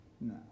no